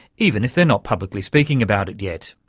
even if they're not publicly speaking about it yet.